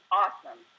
awesome